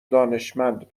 دانشمند